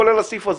כולל הסעיף הזה,